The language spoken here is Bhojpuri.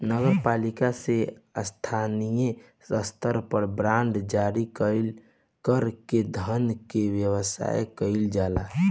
नगर पालिका से स्थानीय स्तर पर बांड जारी कर के धन के व्यवस्था कईल जाला